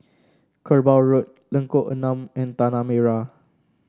Kerbau Road Lengkok Enam and Tanah Merah